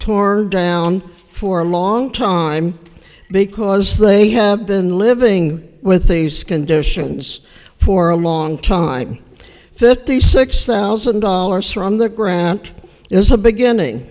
torn down for a long time because they have been living with these conditions for a long time fifty six thousand dollars from their grant is a beginning